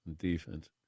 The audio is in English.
defense